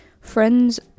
friends